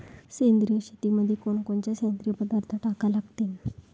सेंद्रिय शेतीमंदी कोनकोनचे सेंद्रिय पदार्थ टाका लागतीन?